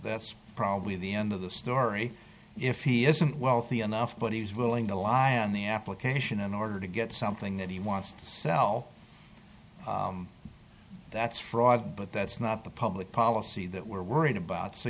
that's probably the end of the story if he isn't wealthy enough but he's willing to lie on the application in order to get something that he wants to sell that's fraud but that's not the public policy that we're worried about so